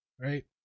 right